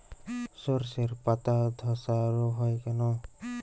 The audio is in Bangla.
শর্ষের পাতাধসা রোগ হয় কেন?